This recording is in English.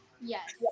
Yes